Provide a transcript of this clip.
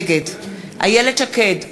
נגד איילת שקד,